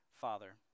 Father